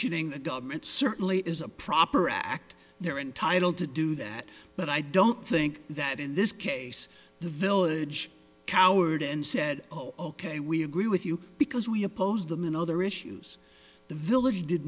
petitioning the government certainly is a proper act they're entitled to do that but i don't think that in this case the village coward and said oh ok we agree with you because we opposed them in other issues the village did